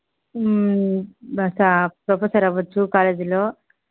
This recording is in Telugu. ఒక ప్రొఫెసర్ అవ్వచ్చు కాలేజీలో